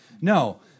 No